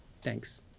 Thanks